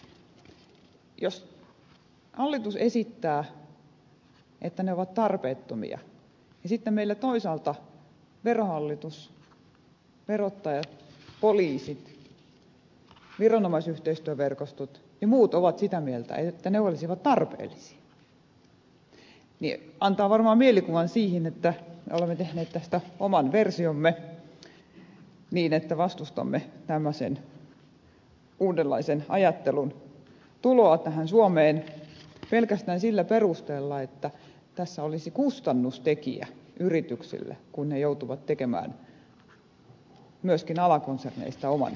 jos hallitus esittää että ne ovat tarpeettomia ja sitten meillä toisaalta verohallitus verottaja poliisi viranomaisyhteistyöverkostot ja muut ovat sitä mieltä että ne olisivat tarpeellisia niin tämä antaa varmaan mielikuvan että olemme tehneet tästä oman versiomme että vastustamme tämmöisen uudenlaisen ajattelun tuloa suomeen pelkästään sillä perusteella että tässä olisi kustannustekijä yrityksille kun ne joutuvat tekemään myöskin alakonserneista oman tilinpäätöksen